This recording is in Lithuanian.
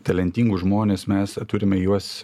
talentingus žmones mes turime juos